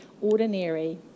ordinary